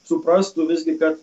suprastų visgi kad